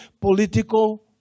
political